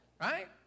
right